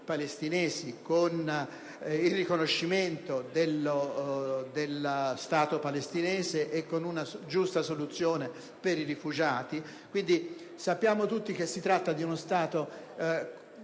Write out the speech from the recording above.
con il riconoscimento dello Stato palestinese e con una giusta soluzione per i rifugiati. Quindi, sappiamo tutti che si tratta di uno Stato